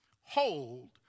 Hold